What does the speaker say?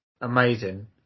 amazing